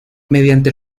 mediante